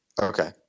Okay